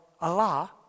Allah